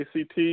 ACT